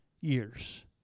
years